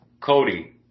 Cody